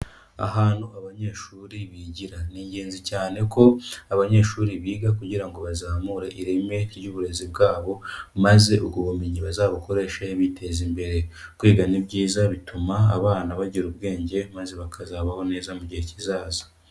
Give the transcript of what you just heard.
Ahantu abanyeshuri bigira, ni ingenzi cyane ko abanyeshuri biga kugira ngo bazamure ireme ry'uburezi bwabo, maze ubwo bumenyi bazabukoreshe biteza imbere, kwiga ni byiza bituma abana bagira ubwenge, maze bakazabaho neza mu gihe kizaza.